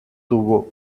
tuvo